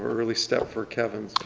early step for kevin.